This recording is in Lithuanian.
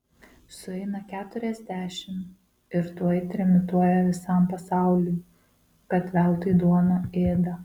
sueina keturiasdešimt ir tuoj trimituoja visam pasauliui kad veltui duoną ėda